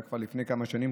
זה היה כבר לפני כמה שנים,